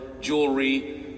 jewelry